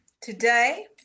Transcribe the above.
Today